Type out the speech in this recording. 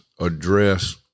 address